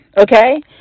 okay